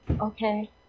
Okay